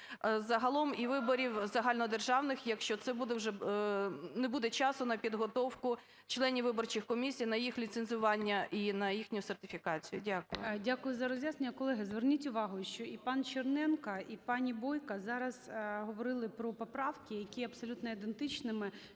загалом і виборів загальнодержавних, якщо це вже не буде часу на підготовку членів виборчих комісій на їх ліцензування і на їхню сертифікацію. Дякую. ГОЛОВУЮЧИЙ. Дякую за роз'яснення. Колеги, зверніть увагу, що і пан Черненко, і пані Бойко зараз говорили про поправки, які абсолютно є ідентичними: